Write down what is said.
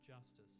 justice